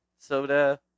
soda